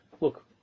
Look